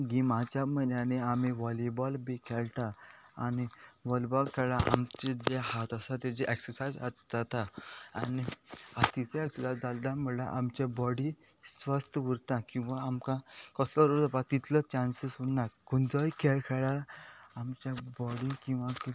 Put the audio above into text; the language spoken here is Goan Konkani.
गिमाच्या म्हयन्यानी आमी वॉलीबॉल बी खेळटा आनी वॉलीबॉल खेळ्यार आमचे जे हात आसा तेजे एक्सरसायज जाता आनी हातिचो एक्सायज जाली म्हणल्यार आमचे बॉडी स्वस्थ उरता किंवां आमकां कसलो तितलो चान्सीस उरना खंयचोय खेळ खेळ्यार आमच्या बॉडी किंवां